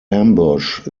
ambush